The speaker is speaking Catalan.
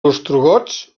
ostrogots